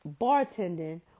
bartending